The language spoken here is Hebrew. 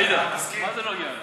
עאידה, מה זה נוגע לך?